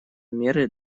меры